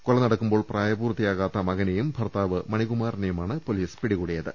കൊല നടക്കുമ്പോൾ പ്രായപൂർത്തിയാകാത്ത മകനെയും ഭർത്താവ് മണികുമാറിനെയുമാണ് പോലീസ് പിടികൂടിയത്